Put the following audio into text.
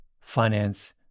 Finance